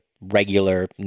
regular